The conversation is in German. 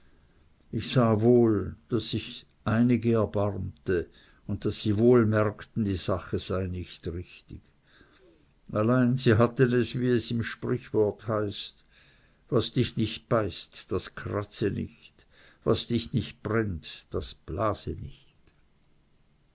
ich sah wohl daß ich einige erbarmte und daß sie merkten die sache sei nicht richtig allein sie hatten es wie es im sprichwort heißt was dich nicht beißt das kratze nicht was dich nicht brennt das blase nicht